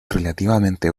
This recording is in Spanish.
relativamente